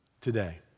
today